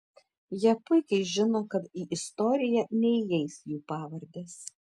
jie puikiai žino kad į istoriją neįeis jų pavardės